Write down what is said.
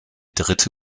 dritte